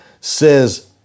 says